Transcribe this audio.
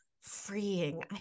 freeing